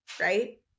right